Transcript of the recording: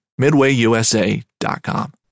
MidwayUSA.com